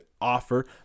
offer